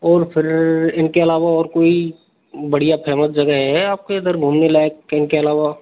और फिर इनके अलावा और कोई बढ़िया फेमस जगह है आपके इधर घूमने लायक इनके अलावा